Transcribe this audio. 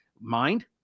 mind